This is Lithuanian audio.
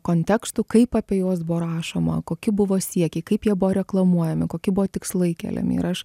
kontekstu kaip apie juos buvo rašoma kokie buvo siekiai kaip jie buvo reklamuojami kokie buvo tikslai keliami ir aš